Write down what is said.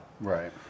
Right